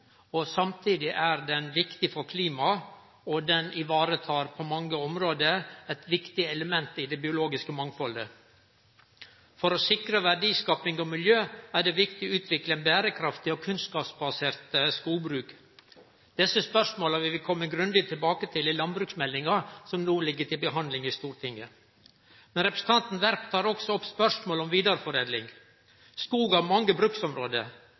er viktig for klimaet, og han varetek på mange område eit viktig element i det biologiske mangfaldet. For å sikre verdiskaping og miljø er det viktig å utvikle eit berekraftig og kunnskapsbasert skogbruk. Desse spørsmåla vil vi kome grundig tilbake til i landbruksmeldinga, som no ligg til behandling i Stortinget. Representanten Werp tek også opp spørsmålet om vidareforedling. Skog har mange bruksområde.